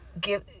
give